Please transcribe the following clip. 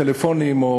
טלפונים,